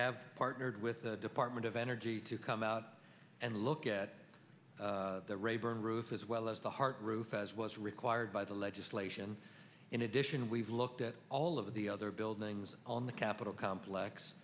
have partnered with the department of energy to come out and look at the rayburn roof as well as the heart roof as was required by the legislation in addition we've looked at all of the other buildings on the capitol